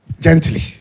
gently